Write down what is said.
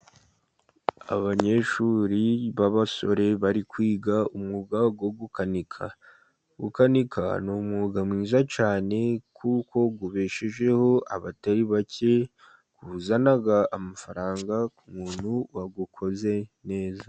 Abanyeshuri b'abasore bari kwiga umwuga wo gukanika. Gukanika ni umwuga mwiza cyane kuko ubeshejeho abatari bake, uzana amafaranga ku muntu wa wukoze neza.